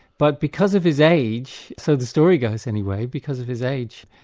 but because of his age, so the story goes anyway, because of his age,